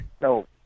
No